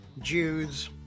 Jews